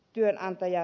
työnantaja